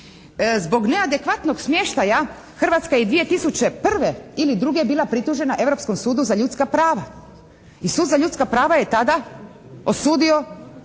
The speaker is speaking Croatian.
Zbog neadekvatnog smještaja Hrvatske je 2001. ili 2. bila pritužena Europskom sudu za ljudska prava. I sud za ljudska prava je tada osudio Hrvatsku